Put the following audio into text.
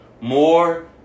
More